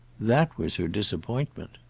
that was her disappointment.